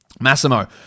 Massimo